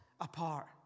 apart